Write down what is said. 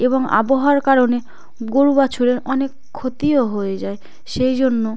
এবং আবহাওয়ার কারণে গোরু বাছুরের অনেক ক্ষতিও হয়ে যায় সেই জন্য